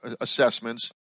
assessments